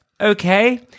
okay